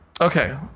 okay